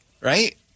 right